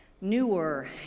newer